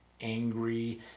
angry